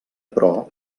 però